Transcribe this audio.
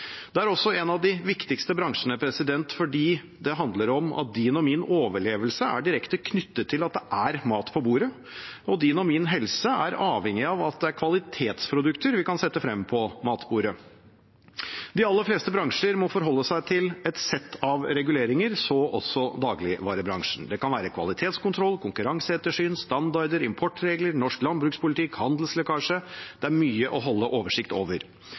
Det er også en av de viktigste bransjene, fordi det handler om at din og min overlevelse er direkte knyttet til at det er mat på bordet, og at din og min helse er avhengig av at det er kvalitetsprodukter vi kan sette frem på matbordet. De aller fleste bransjer må forholde seg til et sett av reguleringer – så også dagligvarebransjen. Det kan være kvalitetskontroll, konkurranseettersyn, standarder, importregler, norsk landbrukspolitikk, handelslekkasje